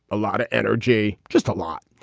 a lot of energy, just a lot.